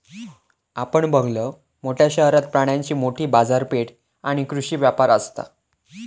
आपण बघलव, मोठ्या शहरात प्राण्यांची मोठी बाजारपेठ आणि कृषी व्यापार असता